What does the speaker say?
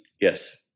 Yes